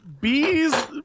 Bees